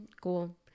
cool